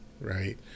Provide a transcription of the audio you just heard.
right